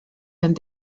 and